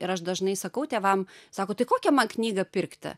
ir aš dažnai sakau tėvam sako tai kokią man knygą pirkti